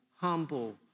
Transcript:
humble